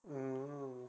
oh